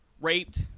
raped